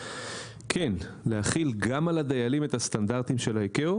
כן להחיל גם על הדיילים את הסטנדרטים של ה-ICAO,